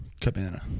Cabana